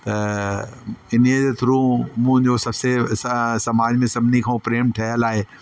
त इन्हीअ जे थ्रू मुंहिंजो ससे स समाज में सभिनी खां प्रेम ठहियल आहे